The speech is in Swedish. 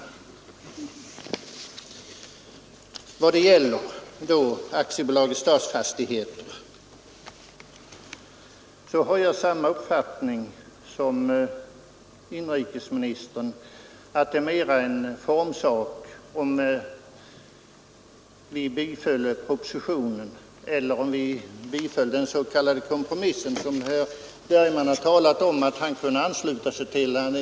I vad det då gäller AB Stadsfastigheter har jag samma uppfattning som inrikesministern, att det är mera en formsak om vi bifaller propositionen eller den s.k. kompromissen, som herr Bergman talade om att han kunde ansluta sig till.